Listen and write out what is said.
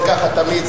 זה ככה תמיד,